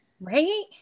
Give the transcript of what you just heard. Right